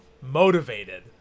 motivated